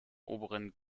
oberen